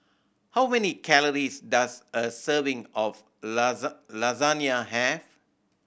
how many calories does a serving of Lasagna have